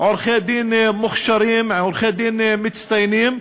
עורכי-דין מוכשרים, עורכי-דין מצטיינים.